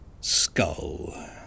skull